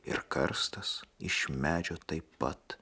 ir karstas iš medžio taip pat